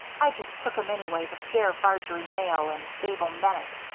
i just took em anyway to scare varjory male and babel mennett,